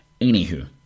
Anywho